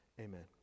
amen